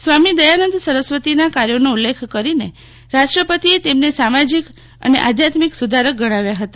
સ્વામી દયાનંદ સરસ્વતીના કાર્યોનો ઉલ્લેખ કરીને રાષ્ટ્રપતિએ તેમને સામાજીક અને આધ્યાત્મિક સુધારક ગણાવ્યા હતા